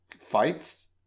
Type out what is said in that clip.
fights